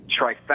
trifecta